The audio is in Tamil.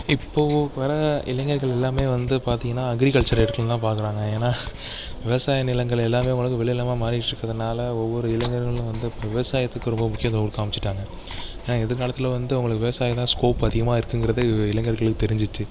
இப்போது வர இளைஞர்கள் எல்லாருமே வந்து பார்த்திங்கனா அக்ரிகல்ச்சர் எடுக்கணுன்னுதான் பார்க்குறாங்க ஏனால் விவசாய நிலங்கள் எல்லாமே வந்து விளைநிலமாக மாறிக்கிட்டு இருக்கிறதுனால ஒவ்வொரு இளைஞர்களும் வந்து விவசாயத்துக்கு ரொம்ப முக்கியத்துவம் கொடுக்க ஆரம்பித்துட்டாங்க ஏனால் எதிர்காலத்தில் வந்து அவங்களுக்கு விவசாயந்தான் ஸ்கோப் அதிகமாக இருக்குங்கிறது இளைஞர்களுக்கு தெரிஞ்சிட்டு